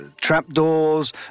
trapdoors